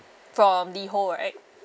from Liho right